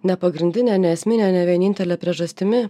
ne pagrindine neesmine ne vienintele priežastimi